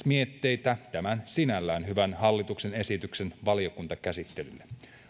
mietteitä tämän sinällään hyvän hallituksen esityksen valiokuntakäsittelylle